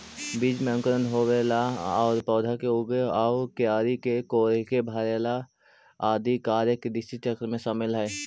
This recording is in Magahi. बीज में अंकुर होवेला आउ पौधा के उगेला आउ क्यारी के कोड़के भरेला आदि कार्य कृषिचक्र में शामिल हइ